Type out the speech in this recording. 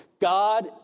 God